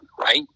right